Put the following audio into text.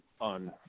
on